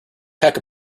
peck